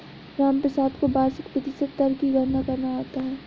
रामप्रसाद को वार्षिक प्रतिशत दर की गणना करना आता है